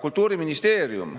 Kultuuriministeerium.